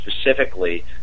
specifically